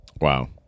Wow